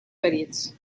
ferits